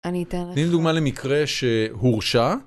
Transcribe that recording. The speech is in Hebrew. אני אתן לכם. תני דוגמא למקרה שהורשע.